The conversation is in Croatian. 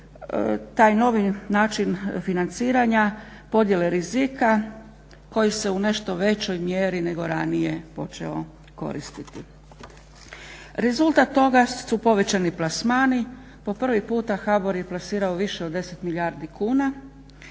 taj novi način financiranja, podjele rizika koji se u nešto većoj mjeri nego ranije počeo koristiti. Rezultat toga su povećani plasmani. Po prvi puta HBOR je plasirao više od 10 milijardi kuna,